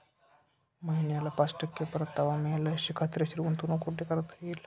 महिन्याला पाच टक्के परतावा मिळेल अशी खात्रीशीर गुंतवणूक कुठे करता येईल?